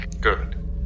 Good